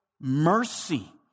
mercy